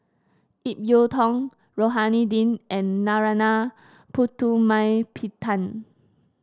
Ip Yiu Tung Rohani Din and Narana Putumaippittan